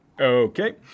Okay